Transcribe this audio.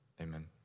Amen